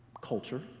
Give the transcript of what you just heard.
culture